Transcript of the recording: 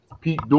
Pete